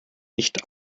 nicht